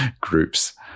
group's